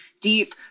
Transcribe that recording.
deep